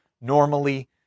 normally